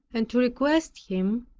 and to request him,